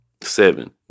Seven